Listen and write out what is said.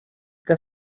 que